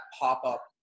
pop-up